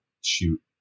shoot